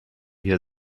hier